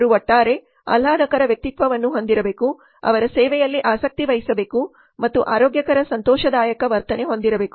ಅವರು ಒಟ್ಟಾರೆ ಆಹ್ಲಾದಕರ ವ್ಯಕ್ತಿತ್ವವನ್ನು ಹೊಂದಿರಬೇಕು ಅವರ ಸೇವೆಯಲ್ಲಿ ಆಸಕ್ತಿ ವಹಿಸಬೇಕು ಮತ್ತು ಆರೋಗ್ಯಕರ ಸಂತೋಷದಾಯಕ ವರ್ತನೆ ಹೊಂದಿರಬೇಕು